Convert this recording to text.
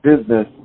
business